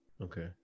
okay